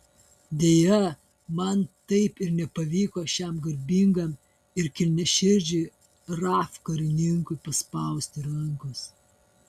deja man taip ir nepavyko šiam garbingam ir kilniaširdžiui raf karininkui paspausti rankos